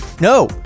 no